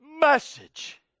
message